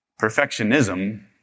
Perfectionism